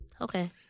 okay